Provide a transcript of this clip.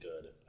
good